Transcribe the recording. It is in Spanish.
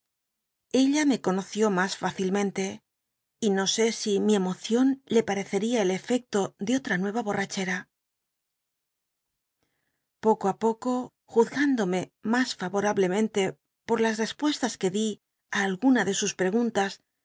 ella me conoció mas rücilmcn tc y no só si mi emocion le pareccl'ia el erecto de otra nueva borrachera poco ü poco juzgándome mas ra'orablemento por las respuestas que di á algunas de sus lweguntas